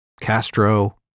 Castro